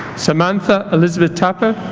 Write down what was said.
samantha elizabeth tapper